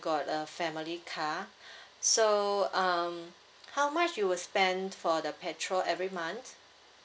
got a family car so um how much you will spend for the petrol every month